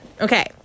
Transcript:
Okay